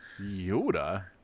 Yoda